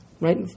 right